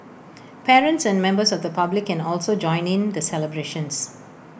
parents and members of the public can also join in the celebrations